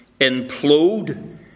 implode